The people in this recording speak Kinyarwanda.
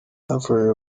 byamfashije